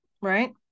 right